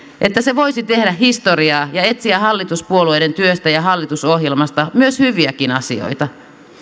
että se voisi tehdä historiaa ja etsiä hallituspuolueiden työstä ja hallitusohjelmasta myös hyviäkin asioita